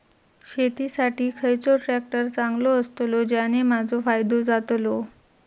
शेती साठी खयचो ट्रॅक्टर चांगलो अस्तलो ज्याने माजो फायदो जातलो?